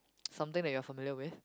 something that you're familiar with